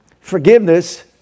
forgiveness